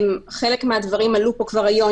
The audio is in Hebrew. חלק מהדברים עלו פה כבר היום,